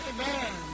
Amen